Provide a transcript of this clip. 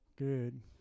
Good